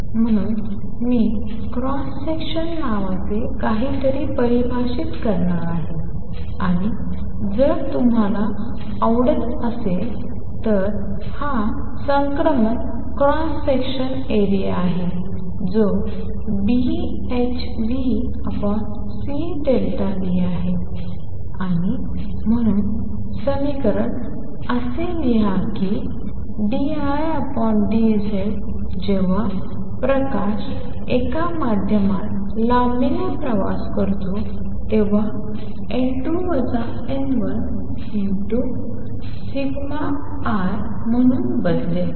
म्हणून मी cross section नावाचे काहीतरी परिभाषित करणार आहे आणि जर तुम्हाला आवडत असेल तर हा संक्रमण क्रॉस सेक्शन आहे जो Bhνcआहे आणि म्हणून समीकरण असे लिहा की d I d Z जेव्हा प्रकाश एका माध्यमात लांबीने प्रवास करतो तेव्हा n2 n1σI म्हणून बदलेल